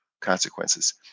consequences